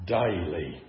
daily